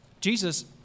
Jesus